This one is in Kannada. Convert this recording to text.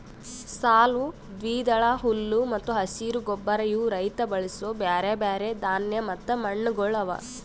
ಸಾಲು, ದ್ವಿದಳ, ಹುಲ್ಲು ಮತ್ತ ಹಸಿರು ಗೊಬ್ಬರ ಇವು ರೈತ ಬಳಸೂ ಬ್ಯಾರೆ ಬ್ಯಾರೆ ಧಾನ್ಯ ಮತ್ತ ಮಣ್ಣಗೊಳ್ ಅವಾ